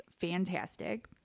Fantastic